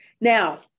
Now